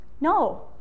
No